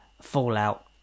fallout